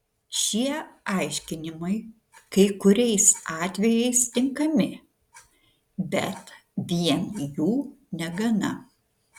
šie aiškinimai kai kuriais atvejais tinkami bet vien jų negana